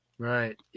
Right